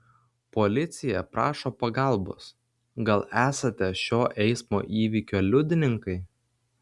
policija prašo pagalbos gal esate šio eismo įvykio liudininkai